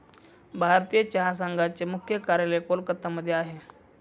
भारतीय चहा संघाचे मुख्य कार्यालय कोलकत्ता मध्ये आहे